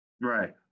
Right